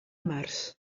març